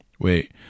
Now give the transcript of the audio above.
Wait